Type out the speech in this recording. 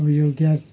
यो ग्यास